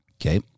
Okay